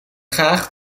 graag